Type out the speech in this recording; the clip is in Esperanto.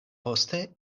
poste